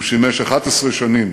הוא שימש 11 שנים